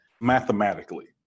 mathematically